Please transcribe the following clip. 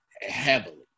heavily